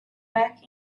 back